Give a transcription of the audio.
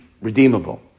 redeemable